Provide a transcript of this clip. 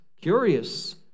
Curious